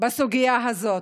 בסוגיה הזאת.